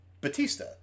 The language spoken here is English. Batista